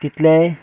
तिंतलेय